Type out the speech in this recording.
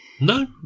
No